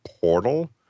portal